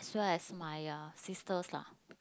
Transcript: as well as my uh sisters lah